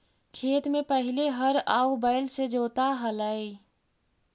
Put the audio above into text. खेत में पहिले हर आउ बैल से जोताऽ हलई